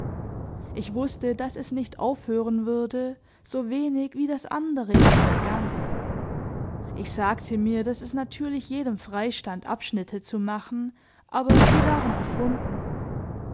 ich wußte daß es nicht aufhören würde so wenig wie das andere erst begann ich sagte mir daß es natürlich jedem freistand abschnitte zu machen aber sie waren erfunden